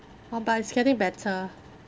oh but it's getting better